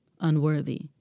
unworthy